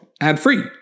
ad-free